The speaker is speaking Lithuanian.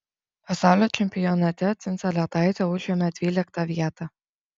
pasaulio čempionate dzindzaletaitė užėmė dvyliktą vietą